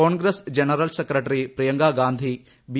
Congress general secretary Priyanka Gandhi B